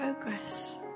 progress